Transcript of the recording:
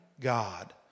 God